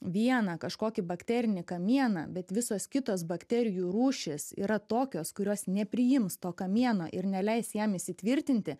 vieną kažkokį bakterinį kamieną bet visos kitos bakterijų rūšys yra tokios kurios nepriims to kamieno ir neleis jam įsitvirtinti